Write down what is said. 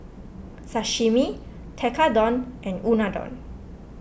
Sashimi Tekkadon and Unadon